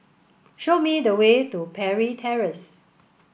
show me the way to Parry Terrace